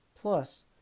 Plus